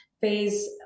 phase